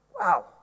Wow